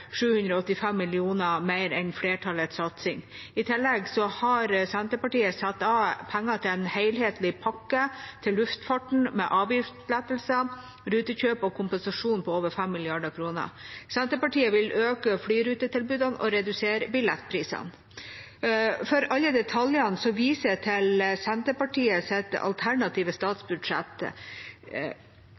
785 mill. kr mer enn flertallets satsing. I tillegg har Senterpartiet satt av penger til en helhetlig pakke til luftfarten med avgiftslettelser, rutekjøp og kompensasjon på over 5 mrd. kr. Senterpartiet vil øke flyrutetilbudet og redusere billettprisene. For alle detaljer viser jeg til Senterpartiets alternative statsbudsjett,